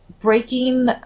breaking